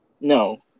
No